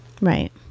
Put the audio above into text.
Right